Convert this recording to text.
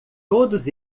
todos